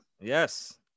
Yes